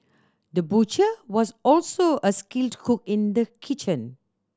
the butcher was also a skilled cook in the kitchen